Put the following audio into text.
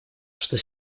что